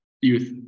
Youth